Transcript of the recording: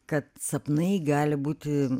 kad sapnai gali būti